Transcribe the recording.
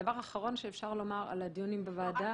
הדבר האחרון שאפשר לומר על הדיונים בוועדה --- לא,